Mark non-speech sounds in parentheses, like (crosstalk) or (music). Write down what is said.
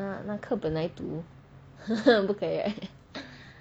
那课本来读 (laughs) 不可以 right (laughs)